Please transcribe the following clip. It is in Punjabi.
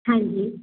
ਹਾਂਜੀ